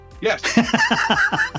yes